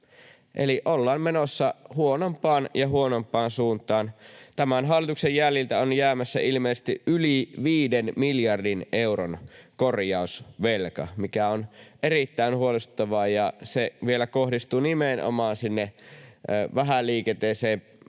ollaan menossa huonompaan ja huonompaan suuntaan. Tämän hallituksen jäljiltä on jäämässä ilmeisesti yli viiden miljardin euron korjausvelka, mikä on erittäin huolestuttavaa. Se vielä kohdistuu nimenomaan sinne vähäliikenteisempään,